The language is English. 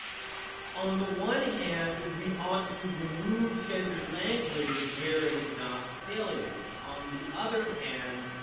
on the one hand, we ought to remove gendered language where it is not salient. on the other hand,